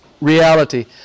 reality